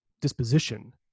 disposition